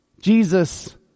Jesus